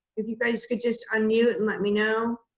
if you guys could just unmute and let me know?